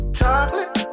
Chocolate